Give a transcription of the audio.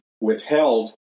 withheld